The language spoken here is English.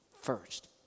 first